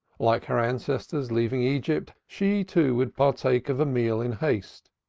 like her ancestors leaving egypt, she, too, would partake of a meal in haste,